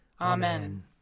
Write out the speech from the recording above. Amen